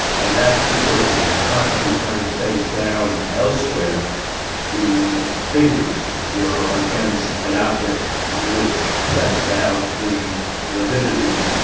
and that's because of the time she was laying face down elsewhere the fingers were against an object which pressed out the lividity.